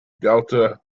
delta